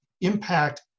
impact